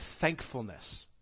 thankfulness